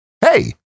Hey